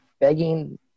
begging